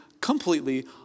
completely